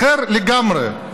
אחר לגמרי.